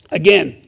again